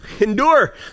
Endure